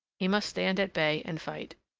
he must stand at bay and fight.